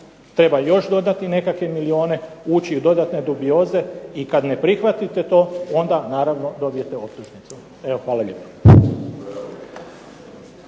treba još dodati nekakve milijune ući u dodatne dubioze i kada ne prihvatite to onda naravno dobijete optužnicu. Evo hvala lijepo.